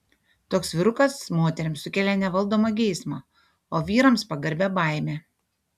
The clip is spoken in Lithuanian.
toks vyrukas moterims sukelia nevaldomą geismą o vyrams pagarbią baimę